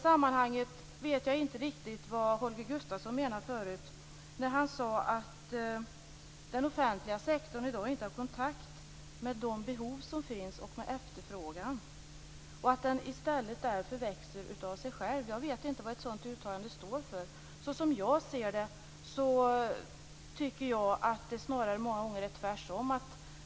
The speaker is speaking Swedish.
Jag vet inte riktigt vad Holger Gustafsson menade när han förut sade att den offentliga sektorn i dag inte har kontakt med de behov som finns och med efterfrågan. Den skulle därför i stället växa av sig själv. Jag vet inte vad ett sådant uttalande står för. Såsom jag ser det är det snarare många gånger tvärtom.